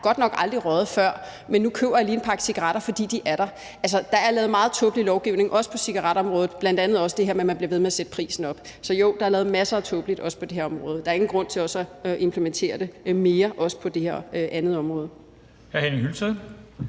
godt nok aldrig røget før, men nu køber jeg lige en pakke cigaretter, fordi de er der? Altså, der er lavet meget tåbelig lovgivning, også på cigaretområdet, bl.a. også det her med, at man bliver ved med at sætte prisen op. Så jo, der er lavet masser af tåbelige ting, også på det her område. Der er ingen grund til at implementere mere af det på det her andet område.